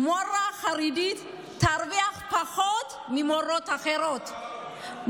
שמורה חרדית תרוויח פחות ממורות אחרות,